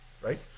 right